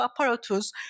apparatus